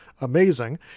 amazing